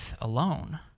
alone